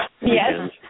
Yes